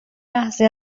لحظه